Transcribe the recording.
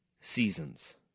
seasons